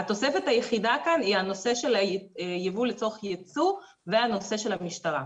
התוספת היחידה כאן היא הנושא של הייבוא לצורך ייצוא והנושא של המשטרה.